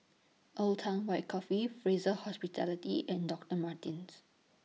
Old Town White Coffee Fraser Hospitality and Doctor Martens